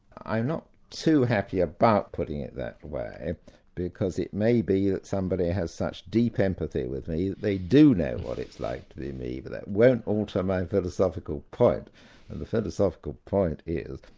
i'm not too happy about putting it that way because it may be that somebody has such deep empathy with me that they do know what it's like to be me. but that won't alter my philosophical point. and the philosophical point is,